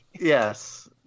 Yes